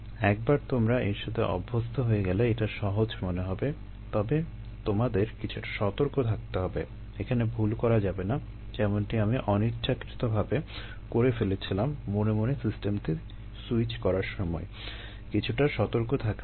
একবার তোমরা এর সাথে অভ্যস্ত হয়ে গেলে এটা সহজ মনে হবে তবে তোমাদের কিছুটা সতর্ক থাকতে হবে এখানে ভুল করা যাবে না যেমনটি আমি অনিচ্ছাকৃতভাবে করে ফেলেছিলাম মনে মনে সিস্টেমটি সুইচ করার সময় কিছুটা সতর্ক থাকা উচিত